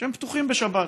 שפתוחים בשבת,